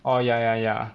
orh ya ya ya